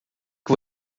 que